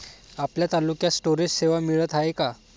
आपल्या तालुक्यात स्टोरेज सेवा मिळत हाये का?